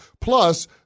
Plus